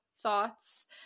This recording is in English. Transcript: thoughts